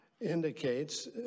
indicates